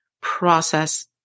process